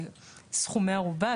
סכומי הערובה,